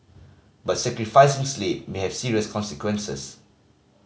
but sacrificing sleep may have serious consequences